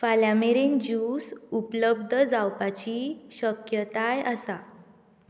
फाल्यां मेरेन जूस उपलब्ध जावपाची शक्यताय आसा